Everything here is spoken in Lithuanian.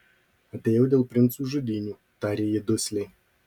atėjau dėl princų žudynių tarė ji dusliai